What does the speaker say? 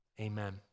amen